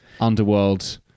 underworld